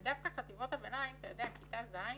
כשדווקא חטיבות הביניים, הם כיתה ז',